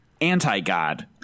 anti-god